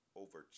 over